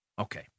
Okay